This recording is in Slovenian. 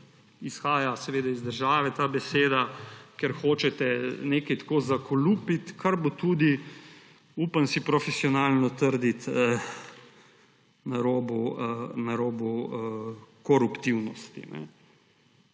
izhaja iz države – kjer hočete nekaj tako zakalupiti, kar bo tudi, upam si profesionalno trditi, na robu koruptivnosti.